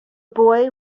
boy